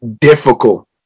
difficult